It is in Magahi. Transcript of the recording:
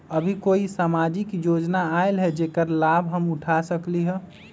अभी कोई सामाजिक योजना आयल है जेकर लाभ हम उठा सकली ह?